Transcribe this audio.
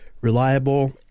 reliable